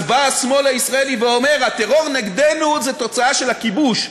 אז בא השמאל הישראלי ואומר: הטרור נגדנו זה תוצאה של הכיבוש.